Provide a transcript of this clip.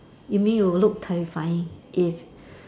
you mean you will look terrifying if